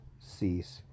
cease